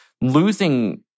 losing